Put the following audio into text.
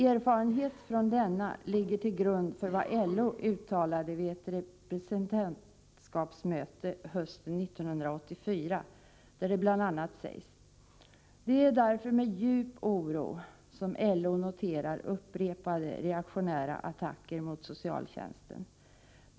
Erfarenheter från denna ligger till grund för vad LO uttalade vid ett representant skapsmöte hösten 1984, där det bl.a. sägs: ”Det är därför med djup oro som LO noterar upprepade reaktionära attacker mot socialtjänsten.